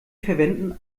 verwenden